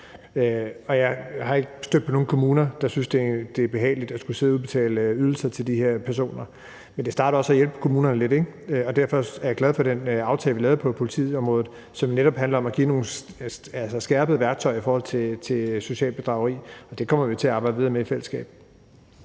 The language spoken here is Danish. Jeg er ikke stødt på nogen kommuner, der synes, det er behageligt at skulle sidde og udbetale ydelser til de her personer. Men det er jo også en start at hjælpe kommunerne lidt. Derfor er jeg glad for den aftalte, vi lavede, på politiområdet, som netop handler om at give nogle skærpede værktøjer i forhold til socialt bedrageri. Det kommer vi til at arbejde videre med i fællesskab.